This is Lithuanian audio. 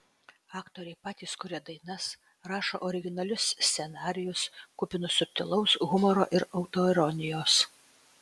aktoriai patys kuria dainas rašo originalius scenarijus kupinus subtilaus humoro ir autoironijos